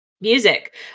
Music